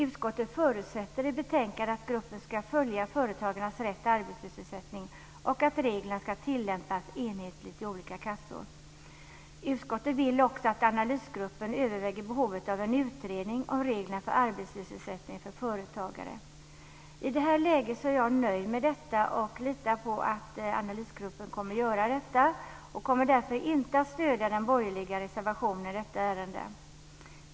Utskottet förutsätter i betänkandet att gruppen ska följa företagarnas rätt till arbetslöshetsersättning och att reglerna ska tillämpas enhetligt i olika kassor. Utskottet vill också att analysgruppen överväger behovet av en utredning om reglerna för arbetslöshetsersättning för företagare. I det läget är jag nöjd med det. Jag litar på att analysgruppen gör det som man har sagt. Jag kommer därför inte att stödja den borgerliga reservationen i detta ärende.